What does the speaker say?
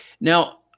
Now